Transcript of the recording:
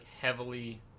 heavily